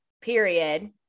Period